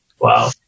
wow